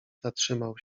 zatrzymał